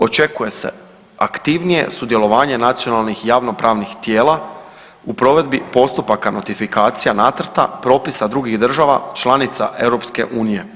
Očekuje se aktivnije sudjelovanje nacionalnih javnopravnih tijela u provedbi postupaka notifikacija nacrta propisa drugih država članica EU.